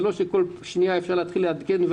זה לא שבכל שנייה אפשר לעדכן.